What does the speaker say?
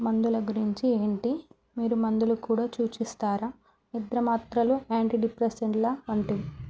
మందుల గురించి ఏంటి మీరు మందులు కూడా సూచిస్తారా నిద్ర మాత్రలు యాంటి డిప్రెసెంట్ల వంటి